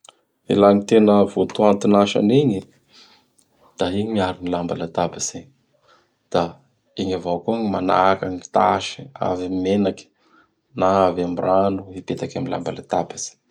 Laha gny tena voaton'asa an'igny! Da igny miaro ny lambalatabatsy. Da igny avao koa gny manaka gn tasy avy am menaky na avy am rano hipetaky amin'ny lambalatabatsy.